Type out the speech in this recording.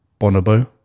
bonobo